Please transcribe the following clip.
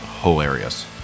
hilarious